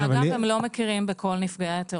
הם לא מכירים בכל נפגעי הטרור.